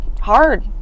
hard